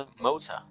motor